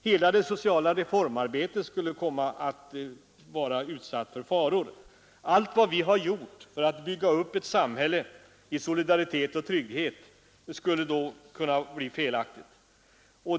Hela det sociala reformarbetet är bortkastat Allt vad vi har gjort för att bygga upp ett samhälle i solidaritet och trygghet är felaktigt.